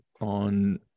on